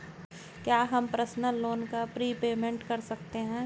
क्या हम personal loan का प्रीपेमेंट कर सकते हैं?